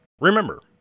Remember